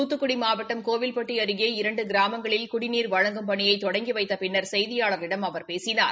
தூத்துக்குடி மாவட்டம் கோவில்பட்டி அருகே இரண்டு கிராமங்களில் குடிநீர் வழங்கும் பணியை தொடங்கி வைத்த பின்னர் செய்தியாளர்களிடம் அவர் பேசினார்